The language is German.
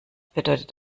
bedeutet